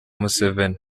museveni